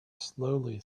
slowly